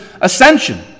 ascension